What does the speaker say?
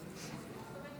זה האסון הכי